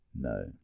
No